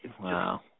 Wow